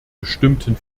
bestimmten